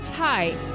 Hi